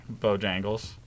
Bojangles